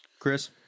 chris